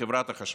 בחברת החשמל.